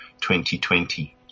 2020